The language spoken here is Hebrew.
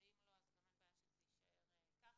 ואם לא גם אין בעיה שזה יישאר ככה.